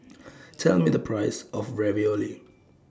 Tell Me The Price of Ravioli